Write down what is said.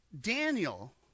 daniel